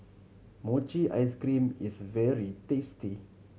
mochi ice cream is very tasty